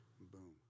boom